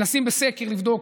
אנחנו מנסים בסקר לבדוק,